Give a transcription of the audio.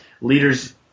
leaders